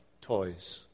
toys